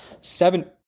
seven